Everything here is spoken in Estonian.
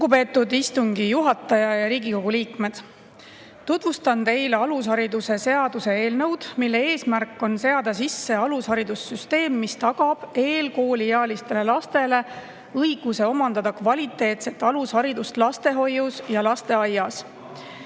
Lugupeetud istungi juhataja! Riigikogu liikmed! Tutvustan teile alusharidusseaduse eelnõu, mille eesmärk on seada sisse alusharidussüsteem, mis tagab eelkooliealistele lastele õiguse omandada kvaliteetset alusharidust lastehoius ja lasteaias.